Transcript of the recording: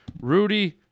Rudy